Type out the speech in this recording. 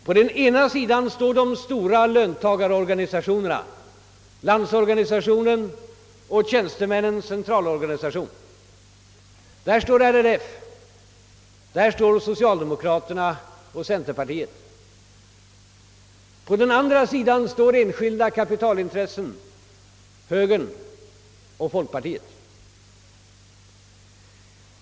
På den ena sidan står de stora löntagarorganisationerna, Landsorganisationen och Tjänstemännens centralorganisation, och vidare RLF, socialdemokraterna och centerpartiet. På den andra sidan står enskilda kapitalintressen, högern och folkpartiet.